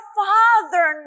father